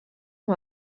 amb